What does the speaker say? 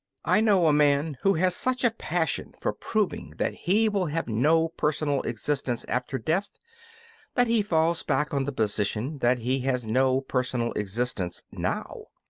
i know a man who has such a passion for proving that he will have no personal existence after death that he falls back on the position that he has no personal existence now.